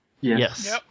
Yes